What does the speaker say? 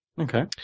Okay